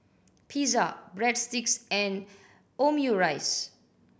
Pizza Breadsticks and Omurice